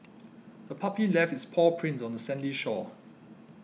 the puppy left its paw prints on the sandy shore